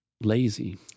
lazy